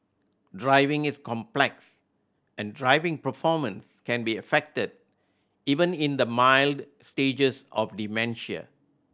driving is complex and driving performance can be affected even in the mild stages of dementia